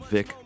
Vic